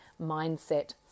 mindset